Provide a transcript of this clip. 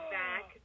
back